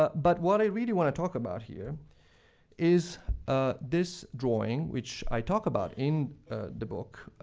but but what i really want to talk about here is ah this drawing, which i talk about in the book,